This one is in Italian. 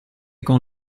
con